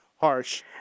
harsh